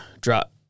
drop